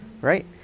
right